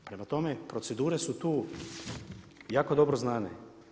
Prema tome, procedure su tu jako dobro znane.